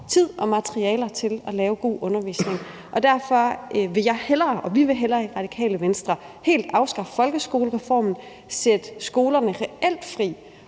tid og materialer til at lave god undervisning. Derfor vil jeg og vi i Radikale Venstre hellere helt afskaffe folkeskolereformen, sætte skolerne reelt fri